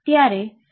ત્યારે Δx છે